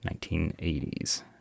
1980s